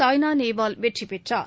சாய்னா நேவால் வெற்றி பெற்றார்